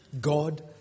God